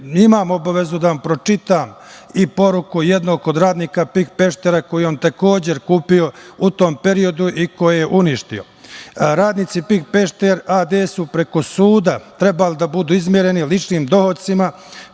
imam obavezu da vam pročitam i poruku jednog od radnika „PIK Peštera“ koji je on takođe, kupio u tom periodu i koje je uništio. Radnici „PIK Pešter AD“ su preko suda trebali da budu izmireni ličnim dohocima,